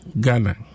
Ghana